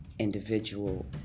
individual